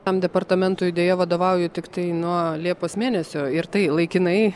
tam departamentui deja vadovauju tiktai nuo liepos mėnesio ir tai laikinai